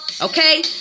Okay